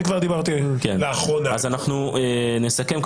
אנחנו נסכם.